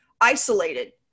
isolated